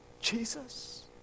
Jesus